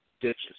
ditches